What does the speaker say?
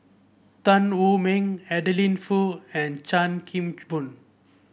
Tan Wu Meng Adeline Foo and Chan Kim Boon